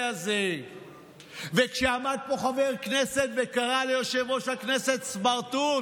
הזה וכשעמד פה חבר כנסת וקרא ליושב-ראש הכנסת "סמרטוט",